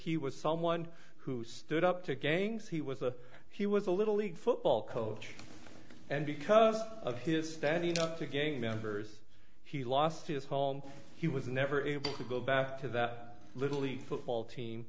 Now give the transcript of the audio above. he was someone who stood up to gangs he was a he was a little league football coach and because of his standing talk to gay members he lost his home he was never able to go back to that little league football team